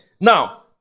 Now